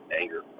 anger